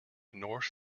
north